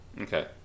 Okay